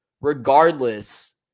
Regardless